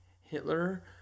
Hitler